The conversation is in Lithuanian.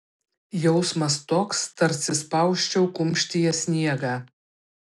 jausmas toks tarsi spausčiau kumštyje sniegą